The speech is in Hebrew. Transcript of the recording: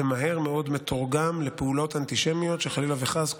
זה מהר מאוד מתורגם לפעולות אנטישמיות שחלילה וחס,